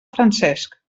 francesc